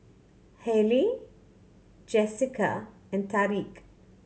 Halie Jesica and Tariq